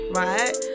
right